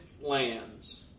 lands